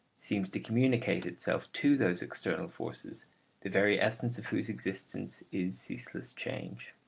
seems to communicate itself to those external forces the very essence of whose existence is ceaseless change.